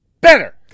better